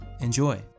Enjoy